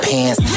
Pants